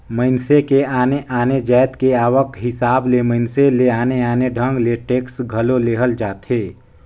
मइनसे के आने आने जाएत के आवक हिसाब ले मइनसे ले आने आने ढंग ले टेक्स घलो लेहल जाथे